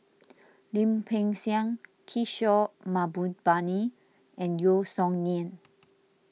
Lim Peng Siang Kishore Mahbubani and Yeo Song Nian